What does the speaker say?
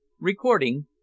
Recording